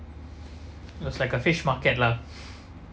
looks like a fish market lah